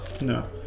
No